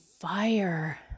fire